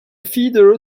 feeder